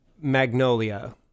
Magnolia